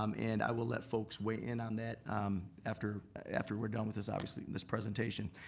um and i will let folks weigh in on that after after we're done with this obviously, this presentation.